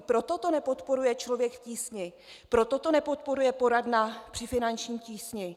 Proto to nepodporuje Člověk v tísni, proto to nepodporuje Poradna při finanční tísni.